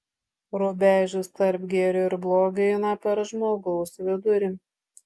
rubežius tarp gėrio ir blogio eina per žmogaus vidurį